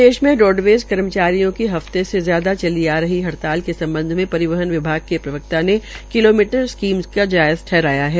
प्रदेश में रोडवेज़ कर्मचारियों की हफ्ते से ज्याद चली आ रही हड़ताल के सम्बध में परिवहन विभाग के एक प्रवक्ता ने किलोमीटर स्कीम को ज्याज़ ठहराया है